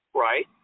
right